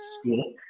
school